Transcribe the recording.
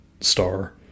star